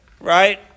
right